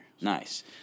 Nice